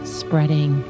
spreading